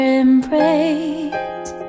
embrace